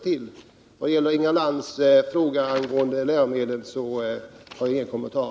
Till Inga Lantz fråga angående läromedel har jag ingen kommentar.